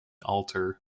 altar